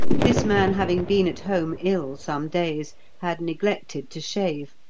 this man having been at home ill some days had neglected to shave,